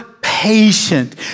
patient